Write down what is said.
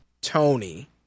Tony